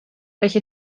welche